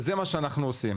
וזה מה שאנחנו עושים.